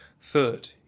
Third